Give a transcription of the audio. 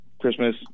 Christmas